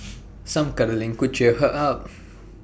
some cuddling could cheer her up